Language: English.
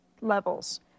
levels